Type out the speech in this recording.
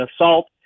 assault